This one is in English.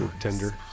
Tender